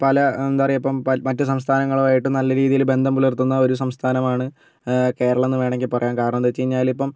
പല എന്താ പറയുക ഇപ്പം പല മറ്റു സംസ്ഥാനങ്ങളും ആയിട്ട് നല്ല രീതിയിൽ ബന്ധം പുലർത്തുന്ന ഒരു സംസ്ഥാനമാണ് കേരളം എന്ന് വേണമെങ്കിൽ പറയാം കാരണം എന്ത് വെച്ച് കഴിഞ്ഞാൽ ഇപ്പം